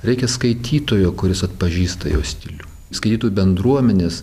reikia skaitytojo kuris atpažįsta jo stilių skaitytojų bendruomenės